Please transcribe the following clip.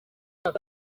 mike